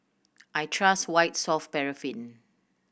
I trust White Soft Paraffin